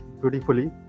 beautifully